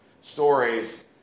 stories